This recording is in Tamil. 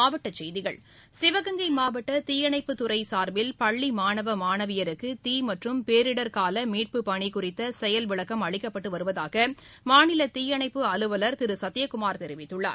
மாவட்டச்செய்கிகள் சிவகங்கை மாவட்ட தீயணைப்புத் துறை சுர்பில் பள்ளி மாணவ மாணவியருக்கு தீ மற்றும் பேரிடர் கால மீட்புப் பணி குறித்த செயல் விளக்கம் அளிக்கப்பட்டு வருவதாக மாநில தீயணைப்பு அலுவலர் திரு சத்திய குமார் தெரிவித்துள்ளார்